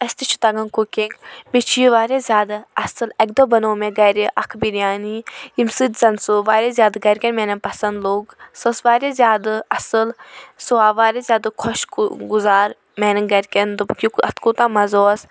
اَسہِ تہِ چھ تَگان کُکِنٛگ بیٚیہِ چھ یہِ واریاہ زیادٕ اصل اَکہِ دۄہ بَنوٚو مےٚ اکھ بِریانی ییٚمہِ سۭتۍ زن سُہ گَرکیٚن میانیٚن واریاہ زیادٕ پَسَنٛد لوٚگ سُہ ٲس واریاہ زیادٕ اصل سُہ آو واریاہ زیادٕ خۄش گُزار میانیٚن گَرکیٚن دوٚپُکھ اتھ کوتاہ مَزٕ اوس